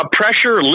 pressure